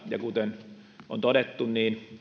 ja kuten on todettu